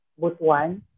Butuan